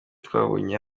twabonye